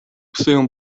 psują